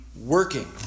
working